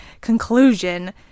conclusion